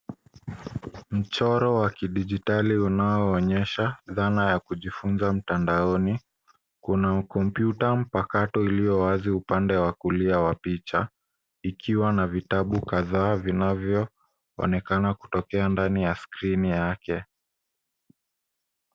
Mchoro wa kidijitali unaoonyesha dhana ya kujifunza mtandaoni. Kuna kompyuta mpakato iliyowazi upande wa kulia wa picha ikiwa na vitabu kadhaa vinavyoonekana kutokea ndani ya skrini yake.